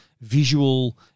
visual